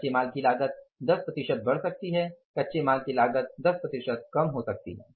कच्चे माल की लागत 10 प्रतिशत बढ़ सकती है कच्चे माल की लागत 10 प्रतिशत कम हो सकती है